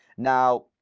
now,